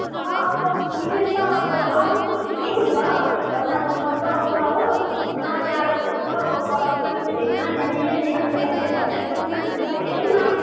अब विशेष त अब अब पनि ठिकै हुन्छ अब त झन् अब मजा आउँछ हो न जाडो हुन्छ अब गरम पनि हुँदैन त्यहाँनेरि अन्त यस्तो बेलामा चाहिँ घमाइलो पनि हुन्छ हेरौँ न